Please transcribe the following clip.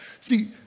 See